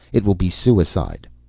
it will be suicide.